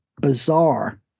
bizarre